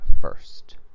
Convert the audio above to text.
first